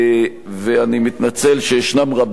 ואני מתנצל שישנם רבים כאלה,